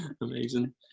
Amazing